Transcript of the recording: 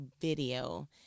video